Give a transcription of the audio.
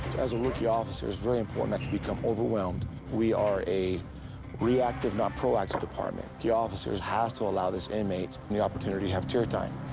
as a rookie officer its very important not to become overwhelmed. we are a reactive, not proactive department. the officers have to allow this inmate the opportunity to have tier time.